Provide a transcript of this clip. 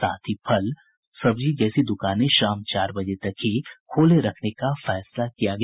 साथ ही फल सब्जी जैसी दुकानें शाम चार बजे तक ही खोले रखने का फैसला किया गया